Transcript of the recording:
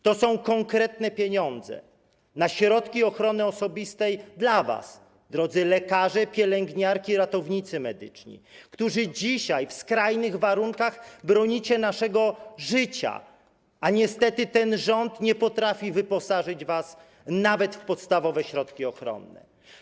To są konkretne pieniądze na środki ochrony osobistej dla was, drodzy lekarze, pielęgniarki, ratownicy medyczni, którzy dzisiaj w skrajnych warunkach bronicie naszego życia, a niestety ten rząd nie potrafi wyposażyć was nawet w podstawowe środki ochronne.